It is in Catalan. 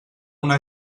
una